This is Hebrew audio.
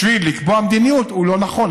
בשביל לקבוע מדיניות, הוא לא נכון.